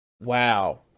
wow